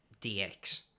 DX